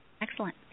Excellent